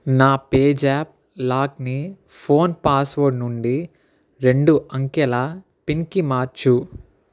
నా పేజాప్ లాక్ని ఫోన్ పాస్వర్డ్ నుండి రెండు అంకెల పిన్కి మార్చు